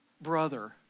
Brother